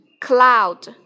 Cloud